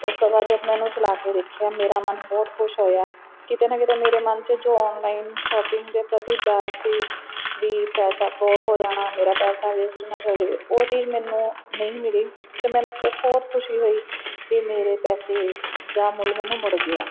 ਉਸ ਤੋਂ ਬਾਅਦ ਜਦੋਂ ਮੈਂ ਉਹਨੂੰ ਚਲਾ ਕੇ ਦੇਖਿਆ ਤਾਂ ਮੇਰਾ ਮਨ ਬਹੁਤ ਖੁਸ਼ ਹੋਇਆ ਕਿਤੇ ਨਾ ਕਿਤੇ ਮੇਰੇ ਮਨ 'ਚ ਜੋ ਔਨਲਾਈਨ ਸ਼ੌਪਿੰਗ ਦੇ ਪ੍ਰਤੀ ਡਰ ਸੀ ਵੀ ਪੈਸਾ ਫਰੋਡ ਹੋ ਜਾਣਾ ਮੇਰਾ ਪੈਸਾ ਵੇਸਟ ਨਾ ਚਲ ਜਾਵੇ ਉਹ ਚੀਜ਼ ਮੈਨੂੰ ਨਹੀਂ ਮਿਲੀ ਅਤੇ ਮੈਨੂੰ ਬਹੁਤ ਖੁਸ਼ੀ ਹੋਈ ਵੀ ਮੇਰੇ ਪੈਸੇ ਦਾ ਮੁੱਲ ਮੈਨੂੰ ਮੁੜ ਗਿਆ